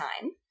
time